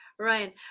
Ryan